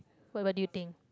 what what do you think